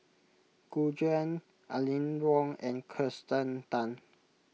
Gu Juan Aline Wong and Kirsten Tan